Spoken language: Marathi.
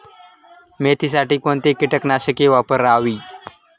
मेथीसाठी कोणती कीटकनाशके वापरावी?